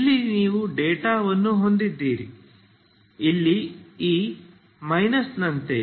ಇಲ್ಲಿ ನೀವು ಡೇಟಾವನ್ನು ಹೊಂದಿದ್ದರೆ ಇಲ್ಲಿ ಈ ಮೈನಸ್ನಂತೆ